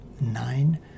nine